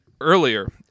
earlier